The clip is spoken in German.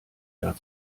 jahr